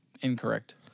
Incorrect